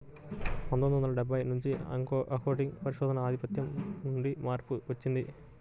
పందొమ్మిది వందల డెబ్బై నుంచి అకౌంటింగ్ లో పరిశోధనల ఆధిపత్యం నుండి మార్పు వచ్చింది